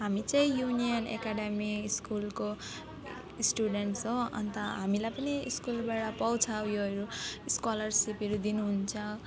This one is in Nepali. हामी चाहिँ युनियन एकाडमी स्कुलको स्टुडेन्ट्स हो अन्त हामीलाई पनि स्कुलबाट पाउँछ उयोहरू स्कोलरसिपहरू दिनुहुन्छ